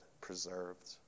preserved